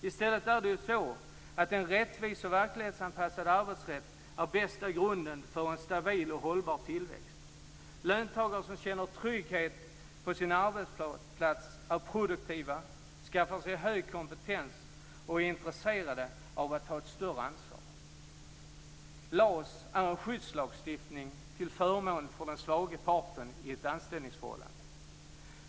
I stället är en rättvis och verklighetsanpassad arbetsrätt bästa grunden för en stabil och hållbar tillväxt. Löntagare som känner trygghet på sin arbetsplats är produktiva, skaffar sig hög kompetens och är intresserade av att ta större ansvar. LAS är en skyddslagstiftning till förmån för den svagare parten i ett anställningsförhållande.